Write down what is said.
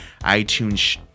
iTunes